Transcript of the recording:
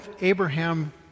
Abraham